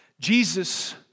Jesus